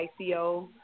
ICO